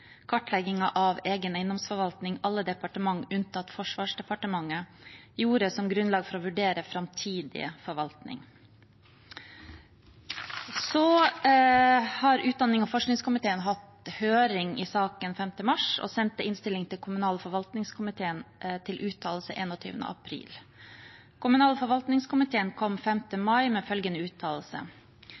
av egen eiendomsforvaltning som alle departementer, unntatt Forsvarsdepartementet, gjorde som grunnlag for å vurdere framtidig forvaltning. Så har utdannings- og forskningskomiteen hatt høring i saken den 5. mars og sendte innstilling til kommunal- og forvaltningskomiteen til uttalelse den 21. april. Kommunal- og forvaltningskomiteen kom 5. mai med følgende uttalelse: